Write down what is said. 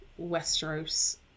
Westeros